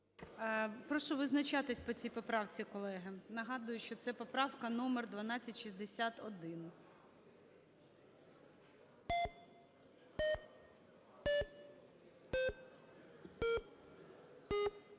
Прошу визначатись по цій поправці, колеги. Нагадую, що це поправка номер 1261.